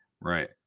Right